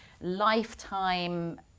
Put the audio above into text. lifetime